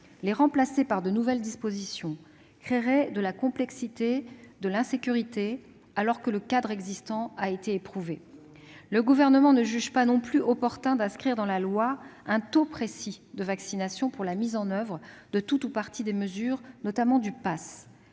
Les remplacer par de nouvelles dispositions créerait de la complexité et de l'insécurité, alors que le cadre existant a été éprouvé. Le Gouvernement ne juge pas non plus opportun d'inscrire dans la loi un taux précis de vaccination pour la mise en oeuvre de tout ou partie des mesures, notamment du